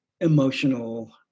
emotional